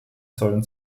sollten